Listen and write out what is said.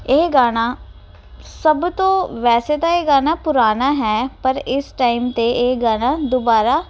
ਇਹ ਗਾਣਾ ਸਭ ਤੋਂ ਵੈਸੇ ਤਾਂ ਇਹ ਗਾਣਾ ਪੁਰਾਣਾ ਹੈ ਪਰ ਇਸ ਟਾਈਮ 'ਤੇ ਇਹ ਗਾਣਾ ਦੁਬਾਰਾ